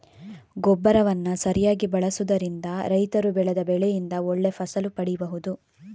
ಗೊಬ್ಬರವನ್ನ ಸರಿಯಾಗಿ ಬಳಸುದರಿಂದ ರೈತರು ಬೆಳೆದ ಬೆಳೆಯಿಂದ ಒಳ್ಳೆ ಫಸಲು ಪಡೀಬಹುದು